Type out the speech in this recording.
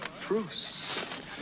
truce